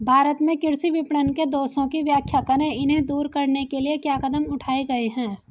भारत में कृषि विपणन के दोषों की व्याख्या करें इन्हें दूर करने के लिए क्या कदम उठाए गए हैं?